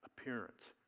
appearance